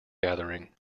gathering